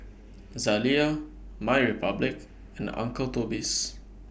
Zalia MyRepublic and Uncle Toby's